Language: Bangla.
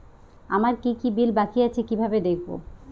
আমার কি কি বিল বাকী আছে কিভাবে দেখবো?